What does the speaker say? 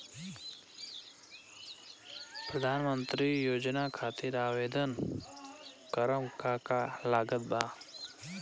प्रधानमंत्री योजना खातिर आवेदन करम का का लागत बा?